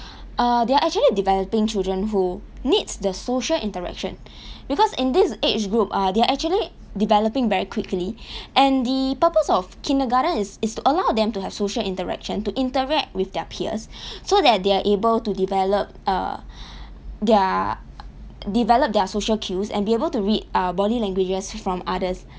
err they are actually developing children who needs the social interaction because in this age group uh they are actually developing very quickly and the purpose of kindergarten is is to allow them to have social interaction to interact with their peers so that they are able to develop err their develop their social cues and be able to read uh body languages from others